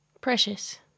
Precious